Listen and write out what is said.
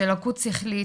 של לקות שכליות,